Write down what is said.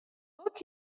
book